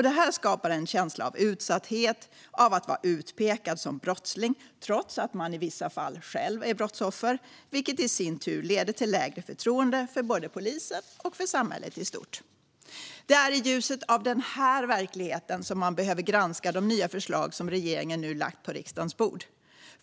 Detta skapar en känsla av utsatthet och av att vara utpekad som brottsling, trots att man i vissa fall själv är brottsoffer, vilket i sin tur leder till lägre förtroende för både polisen och samhället i stort. Det är i ljuset av denna verklighet som man behöver granska de nya förslag som regeringen nu lagt på riksdagens bord.